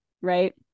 right